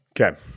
Okay